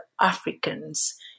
Africans